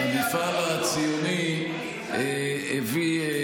המפעל הציוני הביא,